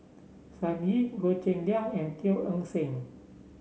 Sun Yee Goh Cheng Liang and Teo Eng Seng